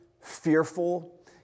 fearful